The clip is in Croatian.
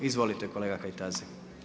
Izvolite kolega Kajtazi.